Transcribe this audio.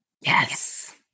Yes